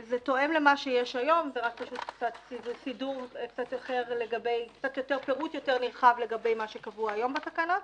זה תואם למה שיש היום זה פירוט יותר נרחב לגבי מה שקבוע היום בהתקנה.